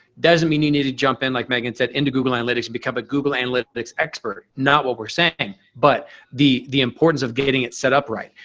doesn't mean you need to jump in, like meaghan said into google analytics and become a google analytics expert, not what we're saying, but the the importance of getting it set up right.